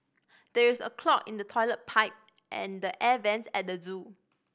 there is a clog in the toilet pipe and the air vents at the zoo